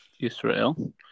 Israel